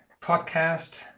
podcast